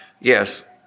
yes